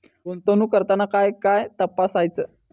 गुंतवणूक करताना काय काय तपासायच?